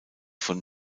von